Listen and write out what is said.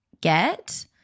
get